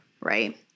right